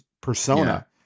persona